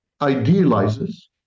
idealizes